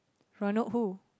Ronald who